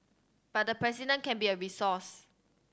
but the President can be a resource